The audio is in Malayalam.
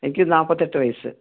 എനിക്ക് നാൽപ്പത്തെട്ട് വയസ്സ്